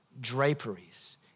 draperies